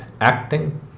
acting